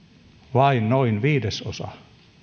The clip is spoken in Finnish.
vain noin viidesosa